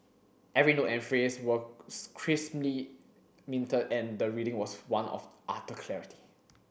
every note and phrase was crisply minted and the reading was one of utter clarity